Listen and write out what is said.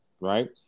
right